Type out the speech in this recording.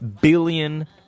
billion